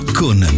con